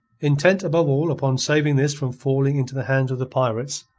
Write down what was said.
intent above all upon saving this from falling into the hands of the pirates,